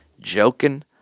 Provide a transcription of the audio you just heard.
joking